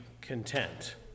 content